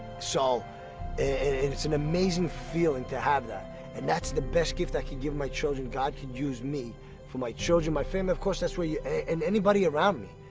so and and it's an amazing feeling to have that and that's the best gift i can, give my children god can use me for my children, my family of course, that's, where you and anybody around me